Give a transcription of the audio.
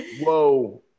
Whoa